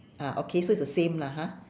ah okay so it's the same lah ha